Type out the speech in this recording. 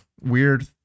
weird